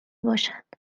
باشد